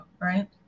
right